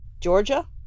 Georgia